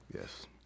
Yes